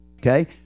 Okay